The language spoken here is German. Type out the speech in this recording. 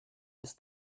ist